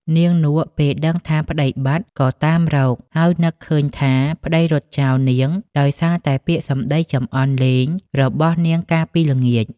នាងនក់ ពេលដឹងថាប្តីបាត់ ក៏តាមរក ហើយនឹកឃើញថាប្តីរត់ចោលនាងដោយសារតែពាក្យសម្ដីចំអន់លេងរបស់នាងកាលពីល្ងាច ។